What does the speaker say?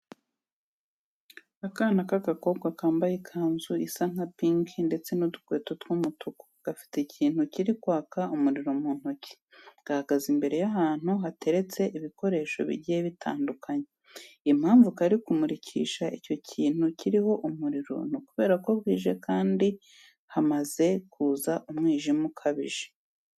Akana k'agakobwa kambaye ikanzu isa nka pinki ndetse n'udukweto tw'umutuku gafite ikintu kiri kwaka umuriro mu ntoki, gahagaze imbere y'ahantu hateretse ibikoresho bigiye bitandukanye. Impamvu kari kumurikisha icyo kintu kiriho umuriro ni ukubera ko bwije cyane kandi hamaze kuza umwijima ukabije.